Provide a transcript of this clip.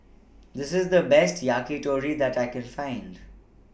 This IS The Best Yakitori that I Can Find